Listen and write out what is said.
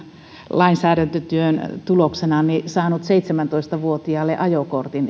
lainsäädäntötyön tuloksena saanut seitsemäntoista vuotiaalle ajokortin